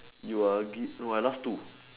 you are gi~ no I last two